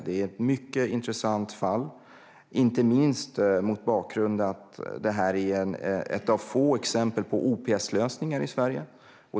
Det är ett mycket intressant fall, inte minst mot bakgrund av att det är ett av få exempel på OPS-lösningar i Sverige.